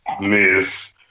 Miss